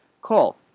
Call